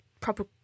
proper